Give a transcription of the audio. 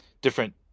different